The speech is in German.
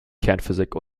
kernphysik